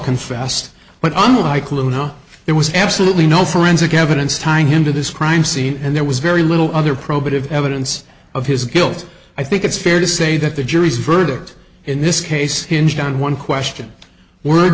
confessed but unlike luna there was absolutely no forensic evidence tying him to this crime scene and there was very little other probative evidence of his guilt i think it's fair to say that the jury's verdict in this case hinged on one question w